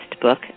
book